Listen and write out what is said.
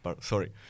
sorry